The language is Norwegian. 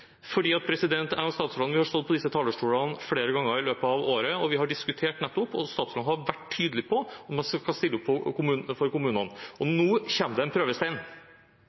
statsråden har stått på disse talerstolene flere ganger i løpet av året, og vi har diskutert, og statsråden har vært tydelig på at man skal stille opp for kommunene. Nå kommer det en prøvestein.